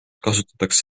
kasutatakse